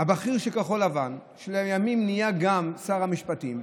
בכיר של כחול לבן, שלימים נהיה גם שר המשפטים,